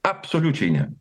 absoliučiai ne